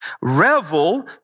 revel